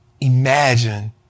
Imagine